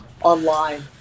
online